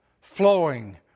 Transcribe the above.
flowing